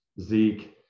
Zeke